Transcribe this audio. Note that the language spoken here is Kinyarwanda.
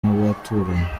n’abaturanyi